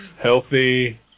healthy